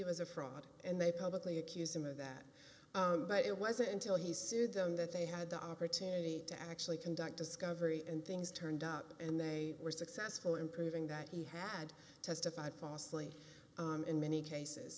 was a fraud and they publicly accused him of that but it wasn't until he sued them that they had the opportunity to actually conduct discovery and things turned up and they were successful in proving that he had testified falsely in many cases